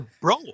bro